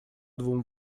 двум